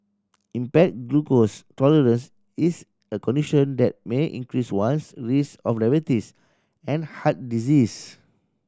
impaired glucose tolerance is a condition that may increase one's risk of diabetes and heart disease